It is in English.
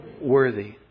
worthy